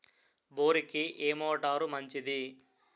బోరుకి ఏ మోటారు మంచిది?